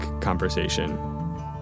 conversation